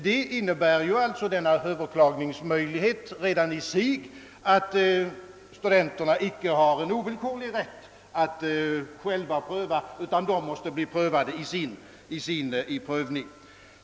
Redan i sig innebär denna överklagningsmöjlighet att studenterna icke har någon ovillkorlig rätt att tolka stadgan, utan att deras beslut måste bli prövat.